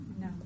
No